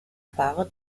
fahrer